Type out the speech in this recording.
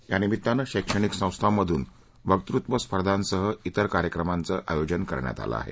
या निमित्तानं शैक्षणिक संस्थांमधून वक्तत्व स्पर्धांसह इतर कार्यक्रमांचं आयोजन करण्यात आलं आहे